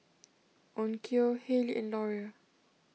Onkyo Haylee and Laurier